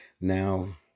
Now